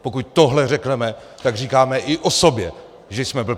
Pokud tohle řekneme, tak říkáme i o sobě, že jsme blbci.